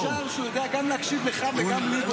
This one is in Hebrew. הוא כל כך מוכשר שהוא יודע גם להקשיב לך וגם לי באותו זמן.